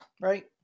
Right